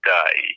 day